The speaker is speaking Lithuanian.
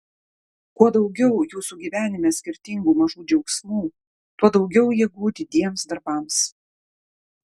kuo daugiau jūsų gyvenime skirtingų mažų džiaugsmų tuo daugiau jėgų didiems darbams